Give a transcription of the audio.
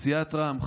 סיעת רע"מ,